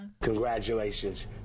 Congratulations